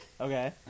Okay